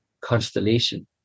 constellation